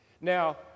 Now